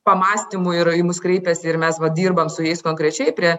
pamąstymų ir į mus kreipiasi ir mes dirbam su jais konkrečiai prie